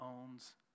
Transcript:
owns